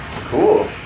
Cool